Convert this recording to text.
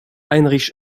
heinrich